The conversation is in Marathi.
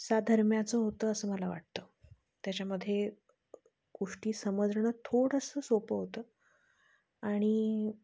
साधर्म्याचं होतं असं मला वाटतं त्याच्यामध्ये गोष्टी समजणं थोडंसं सोपं होतं आणि